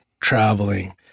traveling